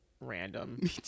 random